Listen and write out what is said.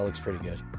um pretty good.